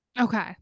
okay